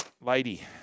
lady